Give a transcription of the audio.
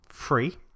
free